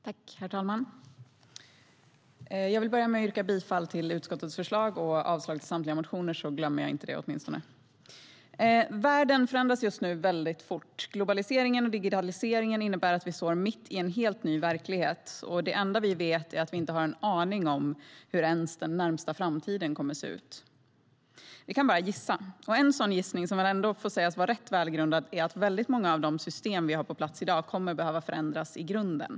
Herr talman! Jag vill börja med att yrka bifall till utskottets förslag och avslag på samtliga reservationer. En sådan gissning, som väl ändå får sägas vara rätt välgrundad, är att väldigt många av de system vi har på plats i dag kommer att behöva förändras i grunden.